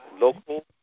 Local